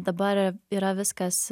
dabar yra viskas